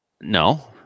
No